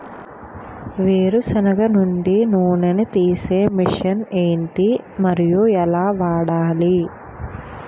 వేరు సెనగ నుండి నూనె నీ తీసే మెషిన్ ఏంటి? మరియు ఎలా వాడాలి?